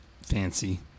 Fancy